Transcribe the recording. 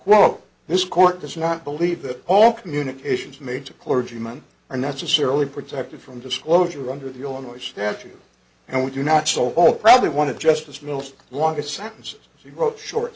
quote this court does not believe that all communications major clergyman are necessarily protected from disclosure under the illinois statute and we do not so all probably want to justice mills longest sentence sh